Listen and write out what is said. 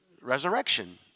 resurrection